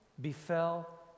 befell